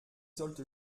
sollte